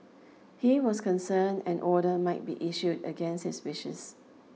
he was concerned an order might be issued against his wishes